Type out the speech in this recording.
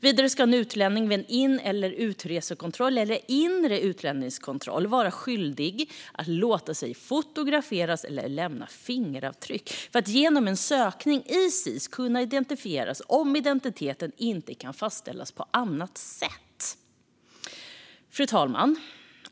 Vidare ska en utlänning vid en in eller utresekontroll eller en inre utlänningskontroll vara skyldig att låta sig fotograferas och lämna fingeravtryck för att genom en sökning i SIS kunna identifieras om identiteten inte kan fastställas på annat sätt. Fru talman!